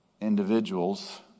individuals